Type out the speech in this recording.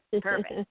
Perfect